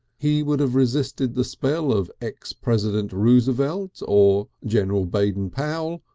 he would have resisted the spell of ex-president roosevelt, or general baden powell,